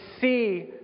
see